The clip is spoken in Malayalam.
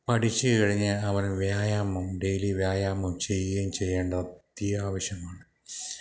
പഠിച്ചുകഴിഞ്ഞാൽ അവൻ വ്യായാമം ഡെയിലി വ്യായാമം ചെയ്യുകയും ചെയ്യേണ്ടത് അത്യാവശ്യമാണ്